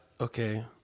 Okay